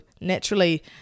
naturally